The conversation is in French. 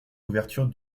couverture